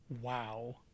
wow